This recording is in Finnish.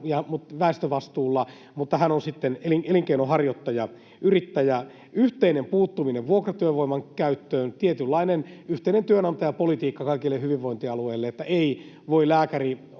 väestövastuulla, mutta hän on sitten elinkeinonharjoittaja, yrittäjä. Yhteinen puuttuminen vuokratyövoiman käyttöön, tietynlainen yhteinen työnantajapolitiikka kaikille hyvinvointialueille, että eivät voi lääkäri-